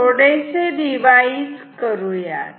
आता थोडे रिवाईज करूयात